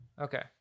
Okay